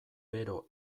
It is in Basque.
bero